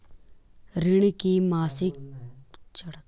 ऋण की मासिक किश्त क्या होगी?